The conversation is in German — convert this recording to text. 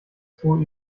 zoo